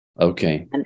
Okay